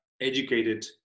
educated